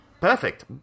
Perfect